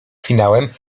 finałem